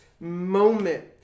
moment